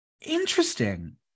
Interesting